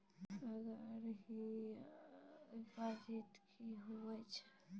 RD deposit की होय छै?